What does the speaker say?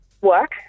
Work